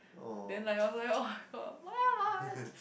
then like I was like oh god what